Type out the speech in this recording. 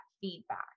feedback